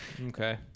Okay